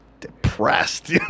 Depressed